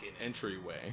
entryway